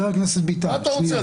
מה אתה רוצה?